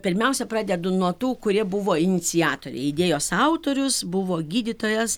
pirmiausia pradedu nuo tų kurie buvo iniciatoriai idėjos autorius buvo gydytojas